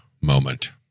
moment